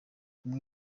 umwe